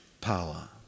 power